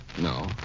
No